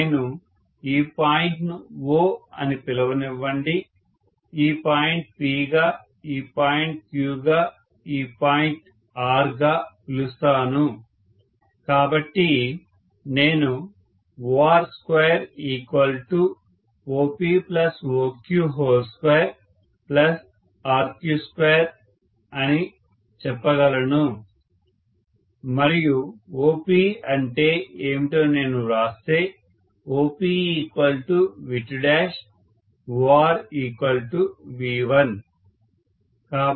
నేను ఈ పాయింట్ ను O అని పిలవనివ్వండి ఈ పాయింట్ P గా ఈ పాయింట్ Q గా ఈ పాయింట్ R గా పిలుస్తాను కాబట్టి నేను 2OPOQ22 అని చెప్పగలను మరియు OP అంటే ఏమిటో నేను వ్రాస్తే OP V2 OR V1